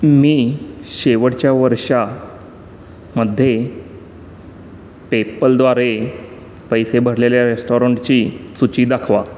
मी शेवटच्या वर्षामध्ये पेपलद्वारे पैसे भरलेल्या रेस्टॉरंटची सूची दाखवा